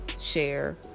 share